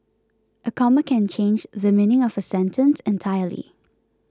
a comma can change the meaning of a sentence entirely